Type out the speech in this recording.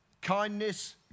kindness